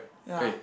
ya